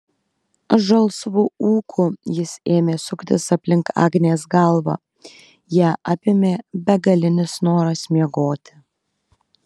žalsvu ūku jis ėmė suktis aplink agnės galvą ją apėmė begalinis noras miegoti